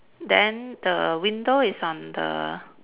then the window is on the